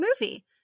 movie